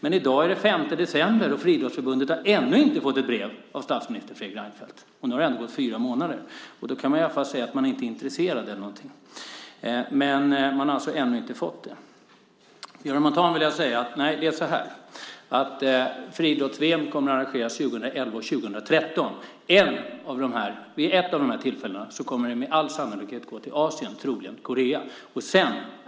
I dag är det den 5 december och Friidrottsförbundet har ännu inte fått något brev från statsminister Fredrik Reinfeldt. Det har ändå gått fyra månader. Man kan åtminstone säga att man inte är intresserad. Till Göran Montan vill jag säga: Friidrotts-VM kommer att arrangeras 2011 och 2013. Vid ett av de tillfällena kommer arrangemanget med stor säkerhet att gå till Asien, troligen till Korea.